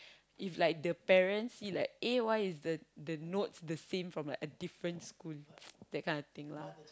if like the parents see like eh why is the the notes the same from like a different school that kind of thing lah